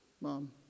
mom